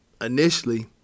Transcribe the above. initially